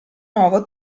nuovo